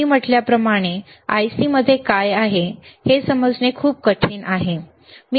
मी म्हटल्याप्रमाणे IC मध्ये काय आहे हे समजणे खूप कठीण आहे बरोबर